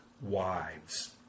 wives